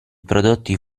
prodotti